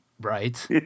Right